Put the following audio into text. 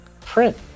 print